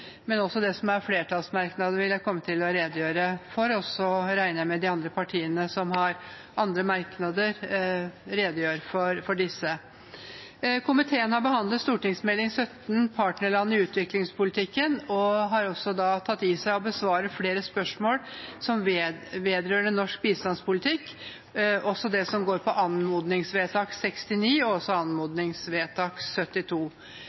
men jeg vil også redegjøre for flertallsmerknader, og så regner jeg med de partiene som har andre merknader, redegjør for disse. Komiteen har behandlet Meld. St. 17 for 2017–2018, Partnerland i utviklingspolitikken, som besvarer flere spørsmål vedrørende norsk bistandspolitikk, også det som går på anmodningsvedtak 69 og anmodningsvedtak 72.